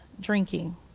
drinking